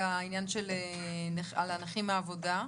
על הנכים מעבודה.